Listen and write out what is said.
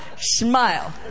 smile